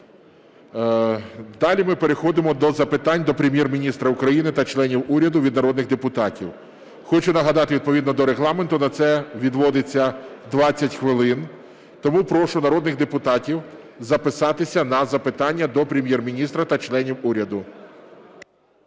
далі ми переходимо до запитань до Прем'єр-міністра та членів уряду від народних депутатів. Хочу нагадати: відповідно до Регламенту на це відводиться 20 хвилин. Тому прошу народних депутатів записатися на запитання до Прем'єр-міністра та членів уряду.